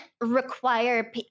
require